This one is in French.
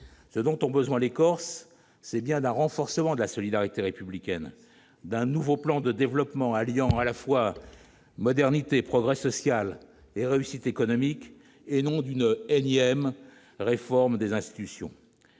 Ce dont ont besoin les Corses, c'est bien d'un renforcement de la solidarité républicaine, d'un nouveau plan de développement, alliant à la fois modernité, progrès social et réussites économiques, et non d'une énième réforme des institutions.